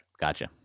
gotcha